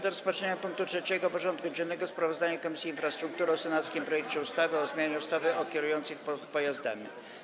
Powracamy do rozpatrzenia punktu 3. porządku dziennego: Sprawozdanie Komisji Infrastruktury o senackim projekcie ustawy o zmianie ustawy o kierujących pojazdami.